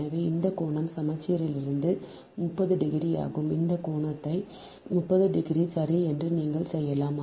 எனவே இந்த கோணம் சமச்சீரிலிருந்து 30 டிகிரி ஆகும் இந்த கோணத்தை 30 டிகிரி சரி என்று நீங்கள் செய்யலாம்